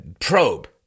probe